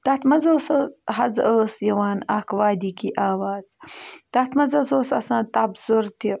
تَتھ منٛز اوس سُہ حظ ٲس یِوان اَکھ وادی کی آواز تَتھ منٛز حظ اوس آسان تبصُر تہِ